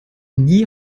nie